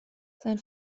sein